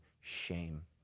shame